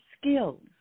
skills